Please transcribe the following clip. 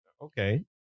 okay